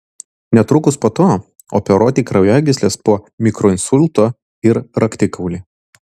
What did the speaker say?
netrukus po to operuoti kraujagysles po mikroinsulto ir raktikaulį